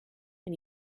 and